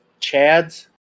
chads